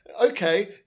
okay